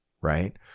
right